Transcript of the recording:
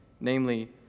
Namely